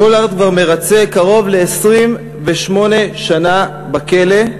פולארד כבר מרצה קרוב ל-28 שנה בכלא,